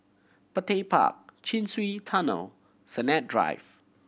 Petir Park Chin Swee Tunnel Sennett Drive